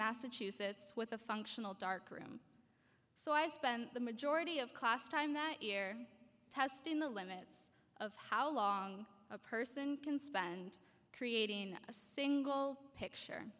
massachusetts with a functional darkroom so i spent the majority of class time that year testing the limits of how long a person can spend creating a single picture